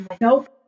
Nope